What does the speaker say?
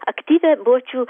aktyvią bočių